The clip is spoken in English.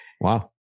Wow